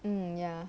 um ya